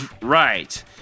Right